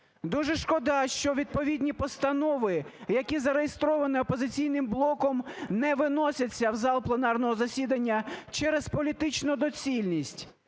Дуже шкода, що відповідні постанови, які зареєстровані "Опозиційним блоком", не виносяться в зал пленарного засідання через політичну доцільність,